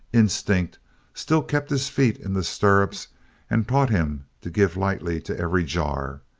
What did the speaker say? instinct still kept his feet in the stirrups and taught him to give lightly to every jar.